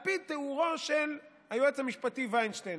על פי תיאורו של היועץ המשפטי וינשטיין,